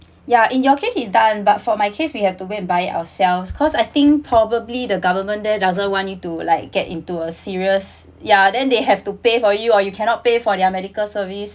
yeah in your case is done but for my case we have to go and buy it ourselves cause I think probably the government there doesn't want you to like get into a serious ya then they have to pay for you or you cannot pay for their medical service